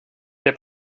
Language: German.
der